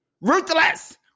Ruthless